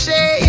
Say